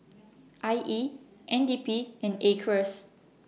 I E N D P and Acres